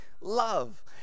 love